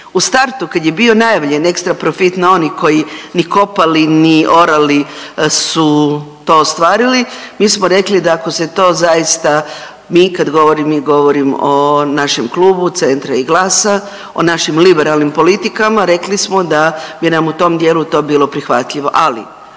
U startu kada je bio najavljen ekstra profit na oni koji ni kopali, ni orali su to ostvarili mi smo rekli da ako se to zaista mi, kad govorim mi govorim o našem klubu CENTRA i GLAS-a, o našim liberalnim politikama. Rekli smo da bi nam u tom dijelu to bilo prihvatljivo. Ali